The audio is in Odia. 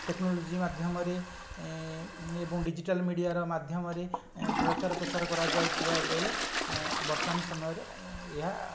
ଟେକ୍ନୋଲୋଜି ମାଧ୍ୟମରେ ଏବଂ ଡିଜିଟାଲ୍ ମିଡ଼ିଆର ମାଧ୍ୟମରେ ଏଁ ପ୍ରଚାରପ୍ରସାର କରାଯାଉଥିବା ବେଳେ ଏଁ ବର୍ତ୍ତମାନ ସମୟରେ ଏହା